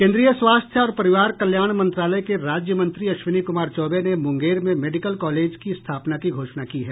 केन्द्रीय स्वास्थ्य और परिवार कल्याण मंत्रालय के राज्यमंत्री अश्विनी कुमार चौबे ने मूंगेर में मेडिकल कॉलेज की स्थापना की घोषणा की है